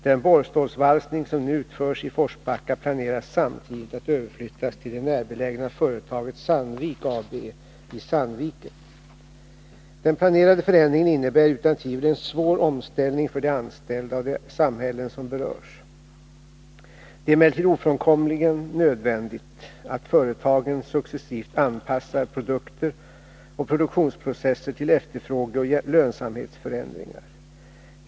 Den borrstålsvalsning som nu utförs i Forsbacka planeras samtidigt att överflyttas till det närbelägna företaget Sandvik AB i Saridviken. Den planerade förändringen innebär utan tvivel en svår omställning för de anställda och de samhällen som berörs. Det är emellertid ofrånkomligen nödvändigt att företagen successivt anpassar produkter och produktionsprocesser till efterfrågeoch lönsamhetsförändringar.